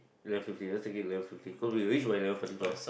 eleven fifty let's take it eleven fifteen cause we reached eleven forty plus